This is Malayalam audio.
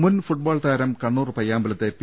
മുൻഫു ട് ബോൾ താരം കണ്ണൂർ പയ്യാമ്പലത്തെ പി